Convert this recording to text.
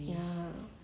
ya